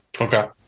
Okay